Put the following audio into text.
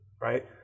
right